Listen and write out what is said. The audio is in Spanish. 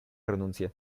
renuncia